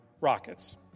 rockets